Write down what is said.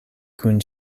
kun